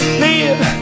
live